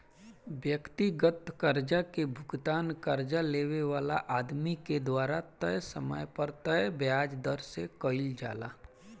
व्यक्तिगत कर्जा के भुगतान कर्जा लेवे वाला आदमी के द्वारा तय समय पर तय ब्याज दर से कईल जाला